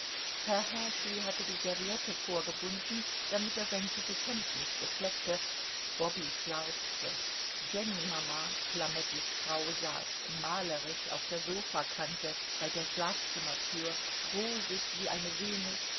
herr häsli hatte die serviette vorgebunden damit er sein gutes hemd nicht beflecke bobby schlarpste jennymama flamettis frau saß malerisch auf der sofakante bei der schlafzimmertür rosig wie eine venus